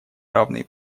равные